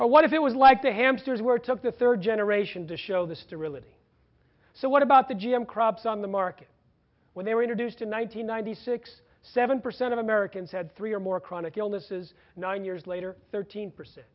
or what it was like the hamsters were took the third generation to show the sterility so what about the g m crops on the market when they were introduced in one thousand nine hundred six seven percent of americans had three or more chronic illnesses nine years later thirteen percent